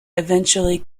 eventually